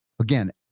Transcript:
Again